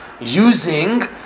using